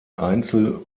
einzel